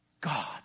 God